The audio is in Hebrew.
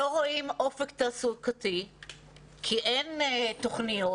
לא רואים אופק תעסוקתי כי אין תוכניות.